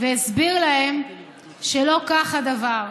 והסביר להם שלא כך הדבר.